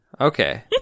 Okay